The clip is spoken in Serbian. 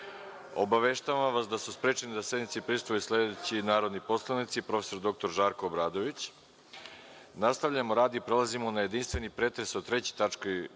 radom. Obaveštavam vas da su sprečeni da sednici prisustvuju sledeći narodni poslanici: prof. dr Žarko Obradović. Nastavljamo rad i prelazimo na jedinstveni pretres o 3. tački